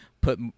put